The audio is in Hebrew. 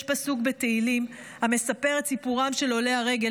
יש פסוק בתהילים המספר את סיפורם של עולי הרגל